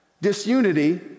Disunity